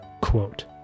quote